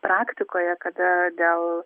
praktikoje kada dėl